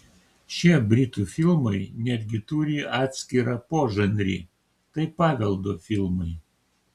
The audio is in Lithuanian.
šie britų filmai netgi turi atskirą požanrį tai paveldo filmai